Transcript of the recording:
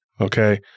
okay